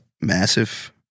Massive